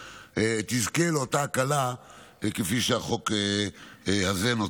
תזכה לאותה הקלה כפי שהחוק הזה נותן.